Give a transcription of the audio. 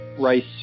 rice